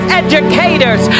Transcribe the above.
educators